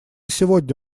сегодня